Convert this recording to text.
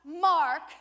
mark